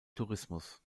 tourismus